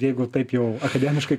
jeigu taip jau akademiškai